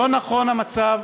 המצב